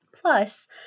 Plus